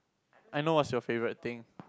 I know what's your favorite thing